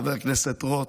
חבר הכנסת רוט,